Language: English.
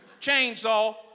chainsaw